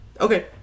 Okay